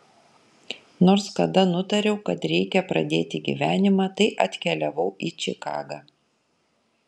nors kada nutariau kad reikia pradėti gyvenimą tai atkeliavau į čikagą